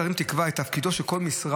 ועדת השרים תקבע את תפקידו של כל משרד